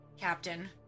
Captain